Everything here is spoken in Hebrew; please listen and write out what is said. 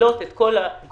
שמתכללות את כל הגורמים,